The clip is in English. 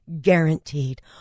guaranteed